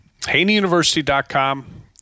HaneyUniversity.com